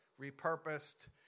repurposed